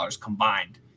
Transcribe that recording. combined